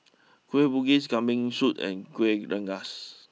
Kueh Bugis Kambing Soup and Kueh Rengas